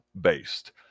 based